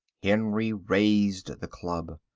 henry raised the club.